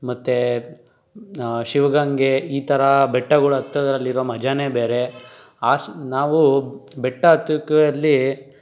ಮತ್ತು ಶಿವಗಂಗೆ ಈ ಥರ ಬೆಟ್ಟಗಳು ಹತ್ತದ್ರಲ್ಲಿ ಇರೋ ಮಜನೇ ಬೇರೆ ಆಸ್ ನಾವು ಬೆಟ್ಟ ಹತ್ತಕ್ಕು ಅಲ್ಲಿ